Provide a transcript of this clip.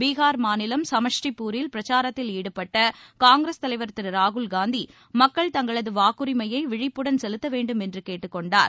பீகார் மாநிலம் சமஸ்டிபூரில் பிரச்சாரத்தில் ஈடுபட்ட காங்கிரஸ் தலைவர் திரு ராகுல் காந்தி மக்கள் தங்களது வாக்குரிமையை விழிப்புணர்வுடன் செலுத்த வேண்டும் என்று கேட்டுக்கொண்டார்